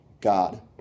God